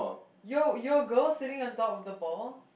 your your girl sitting on top of the ball